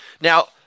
Now